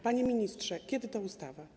Panie ministrze, kiedy ta ustawa?